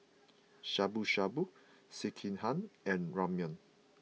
Shabu Shabu Sekihan and Ramyeon